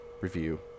review